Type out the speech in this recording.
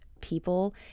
people